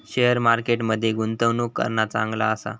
share market मध्ये गुंतवणूक करणा चांगला आसा